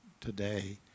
today